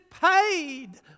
paid